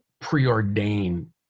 preordained